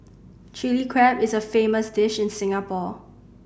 Chilli Crab is a famous dish in Singapore